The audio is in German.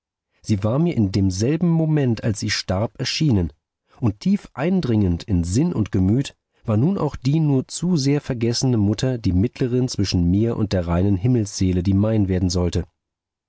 sie war mir in demselben moment als sie starb erschienen und tief eindringend in sinn und gemüt war nun auch die nur zu sehr vergessene mutter die mittlerin zwischen mir und der reinen himmelsseele die mein werden sollte